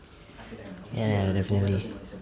ya lah definitely